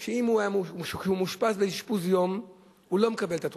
שכשהוא מאושפז באשפוז יום הוא לא מקבל אותה,